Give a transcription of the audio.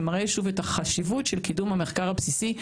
מראה שוב את החשיבות של קידום המחקר הבסיסי.